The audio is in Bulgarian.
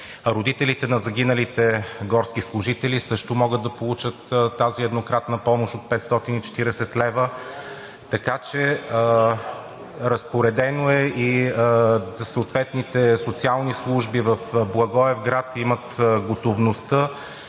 Родителите на загиналите горски служители също могат да получат тази еднократна помощ от 540 лв., разпоредено е и съответните социални служби в Благоевград имат готовността